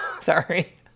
Sorry